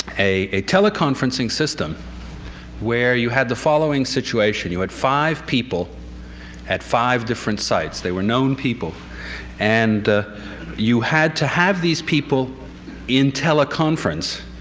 a teleconferencing system where you had the following situation you had five people at five different sites they were known people and you had to have these people in teleconference,